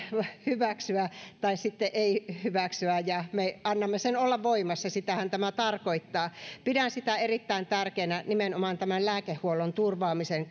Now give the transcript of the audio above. hyväksyä tai sitten ei hyväksyä ja me annamme sen olla voimassa sitähän tämä tarkoittaa pidän sitä erittäin tärkeänä nimenomaan lääkehuollon turvaamisen